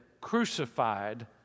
crucified